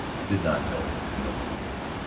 he did not know, no one cared.